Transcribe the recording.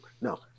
No